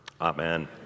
Amen